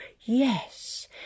Yes